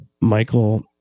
michael